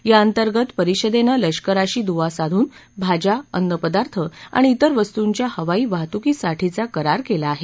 याअंतर्गत परिषदेनं लष्कराशी दुवा साधून भाज्या अन्नपदार्थ आणि तिर वस्तूंच्या हवाई वाहतुकीसाठीचा करार केला आहे